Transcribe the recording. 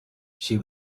she